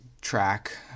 track